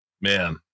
man